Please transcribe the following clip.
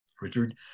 richard